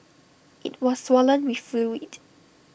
IT was swollen with fluid